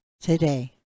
today